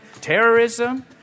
terrorism